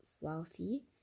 wealthy